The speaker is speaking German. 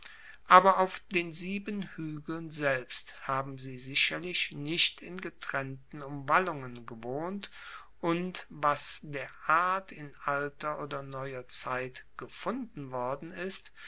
aber auf den sieben huegeln selbst haben sie sicherlich nicht in getrennten umwallungen gewohnt und was der art in alter oder neuer zeit erfunden worden ist